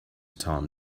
tom